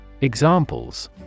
Examples